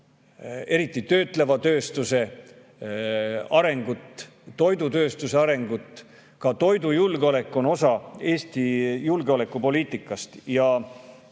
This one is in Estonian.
eriti töötleva tööstuse arengut, toidutööstuse arengut. Toidujulgeolek on osa Eesti julgeolekupoliitikast